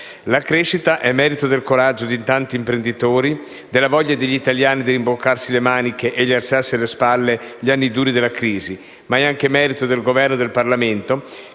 La crescita è merito del coraggio di tanti imprenditori, della voglia degli italiani di rimboccarsi le maniche e lasciarsi alle spalle gli anni duri della crisi, ma è anche merito del Governo e del Parlamento,